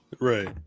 Right